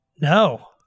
No